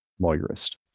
lawyerist